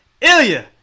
Ilya